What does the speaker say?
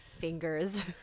fingers